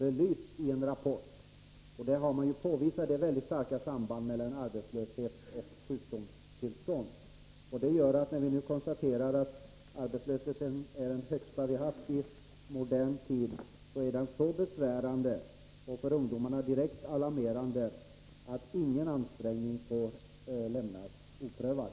I projektets rapport påvisas det mycket starka sambandet mellan arbetslöshet och sjukdomstillstånd. När vi nu konstaterar att arbetslösheten är den högsta som vi har haft i modern tid är det så allvarligt och för ungdomen direkt alarmerande att ingen möjlighet får lämnas oprövad.